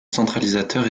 centralisateur